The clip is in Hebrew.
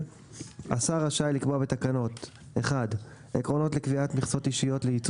השר רשאי לקבוע בתקנות - עקרונות לקביעת מכסות אישיות לייצור